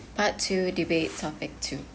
part two debate topic two